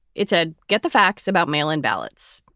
it said, get the facts about mail in ballots.